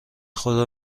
خدا